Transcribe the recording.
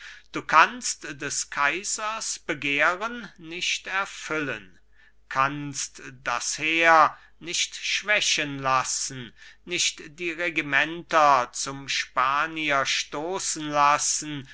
du kannst des kaisers begehren nicht erfüllen kannst das heer nicht schwächen lassen nicht die regimenter zum spanier stoßen lassen